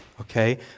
okay